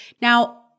Now